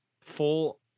full